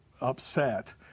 upset